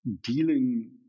dealing